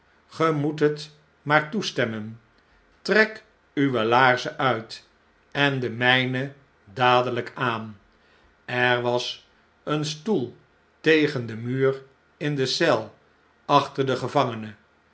leggen gemoethet maar toestemmen trek uwe laarzen uit en de mflnen dadehjk aan er was een stoel tegen den muur in de eel achter den gevangene